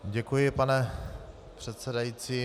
Děkuji, pane předsedající.